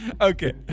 Okay